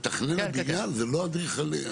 אה, מתכנן הבניין זה לא אדריכלים?